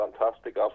fantastic